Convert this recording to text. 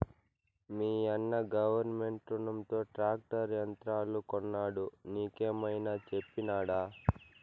మీయన్న గవర్నమెంట్ రునంతో ట్రాక్టర్ యంత్రాలు కొన్నాడు నీకేమైనా చెప్పినాడా